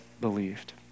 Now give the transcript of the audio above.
believed